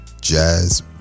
jazz